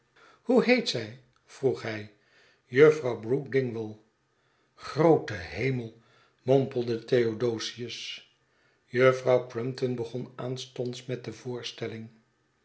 hoe heet zij vroeg hij juffrouw brook dingwall groote hemell mompelde theodosius juffrouw crumpton begon aanstonds met de voorstelling